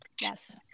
Yes